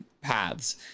paths